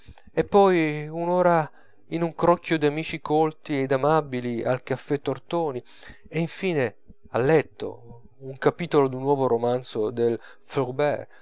e poi un'ora in un crocchio d'amici colti ed amabili al caffè tortoni e in fine a letto un capitolo d'un nuovo romanzo del